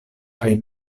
kaj